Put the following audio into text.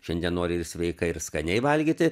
šiandien nori ir sveika ir skaniai valgyti